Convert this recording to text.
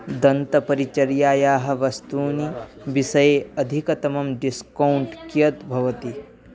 दन्तपरिचर्यायाः वस्तूनि विषये अधिकतमं डिस्कौण्ट् कियत् भवति